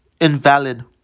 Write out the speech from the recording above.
invalid